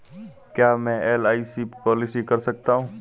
क्या मैं LIC policy कर सकता हूं?